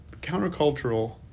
countercultural